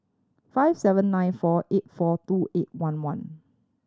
five seven nine four eight four two eight one one